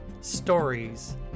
stories